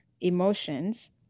emotions